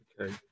Okay